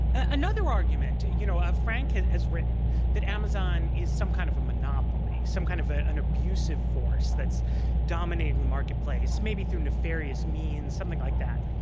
another argument you know, ah frank has has written that amazon is some kind of a monopoly, some kind of an abusive force that's dominating the marketplace, maybe through nefarious means, something like that.